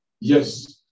yes